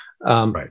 Right